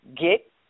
get